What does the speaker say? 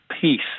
peace